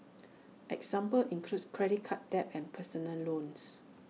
examples include credit card debt and personal loans